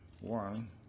one